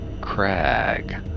crag